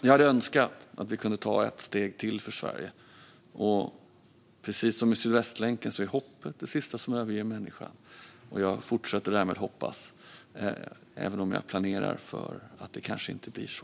Jag hade önskat att vi hade kunnat ta ett steg till för Sverige. Precis som med Sydvästlänken är hoppet det sista som överger människan. Och jag fortsätter därmed att hoppas, även om jag planerar för att det kanske inte blir så.